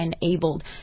enabled